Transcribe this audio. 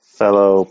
fellow